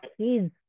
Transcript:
kids